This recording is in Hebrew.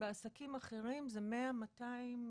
שבעסקים אחרים זה מאתיים,